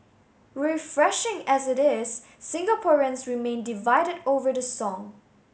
refreshing as it is Singaporeans remain divided over the song